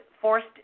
forced